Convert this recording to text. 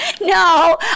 No